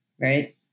right